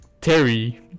terry